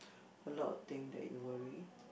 a lot of thing that you worry